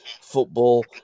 football